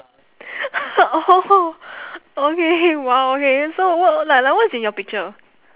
oh okay !wow! okay so what like like what's in your picture